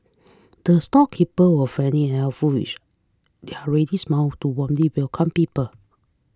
the storekeeper were friendly and helpful with their ready smile to warmly welcome people